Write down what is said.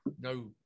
no